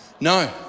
No